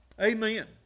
Amen